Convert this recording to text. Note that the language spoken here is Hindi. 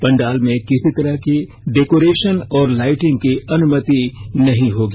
पंडाल में किसी तरह की डेकोरेशन और लाइटिंग की अनुमति नहीं होगी